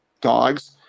dogs